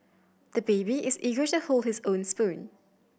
the baby is eager to hold his own spoon